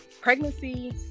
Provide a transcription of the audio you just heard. Pregnancy